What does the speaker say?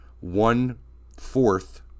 one-fourth